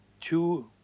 two